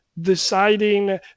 deciding